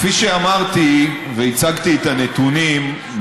כפי שאמרתי והצגתי את הנתונים,